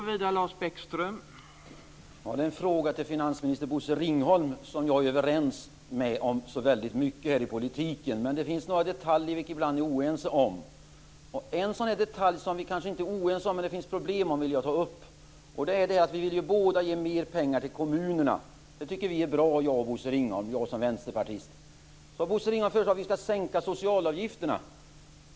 Herr talman! Jag har en fråga till finansminister Bosse Ringholm, som jag är överens med om väldigt mycket i politiken. Men det finns några detaljer som vi ibland är oense om. Det finns en detalj som vi kanske inte är oense om, men det är ett problem som jag skulle vilja ta upp. Vi vill båda ge mer pengar till kommunerna. Det tycker vi är bra, Bosse Ringholm och jag som vänsterpartist. Bosse Ringholm tycker att man ska sänka socialavgifterna.